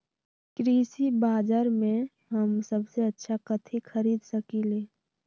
कृषि बाजर में हम सबसे अच्छा कथि खरीद सकींले?